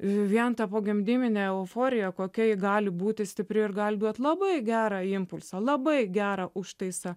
vien ta pogimdyvinė euforija kokia gali būti stipri ir gali duoti labai gerą impulsą labai gerą užtaisą